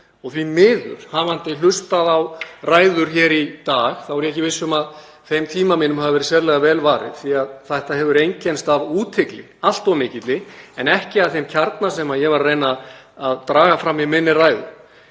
eftir að hafa hlustað á ræður hér í dag, er ég ekki viss um að þeim tíma mínum hafi verið sérlega vel varið því að þetta hefur einkennst af allt of mikilli úthygli en ekki að þeim kjarna sem ég var að reyna að draga fram í minni ræðu.